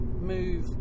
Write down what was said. Move